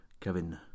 Kevin